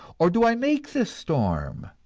or do i make the storm,